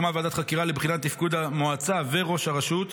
הוקמה ועדת חקירה לבחינת תפקוד המועצה וראש הרשות.